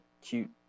cute